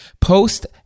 Post